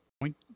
point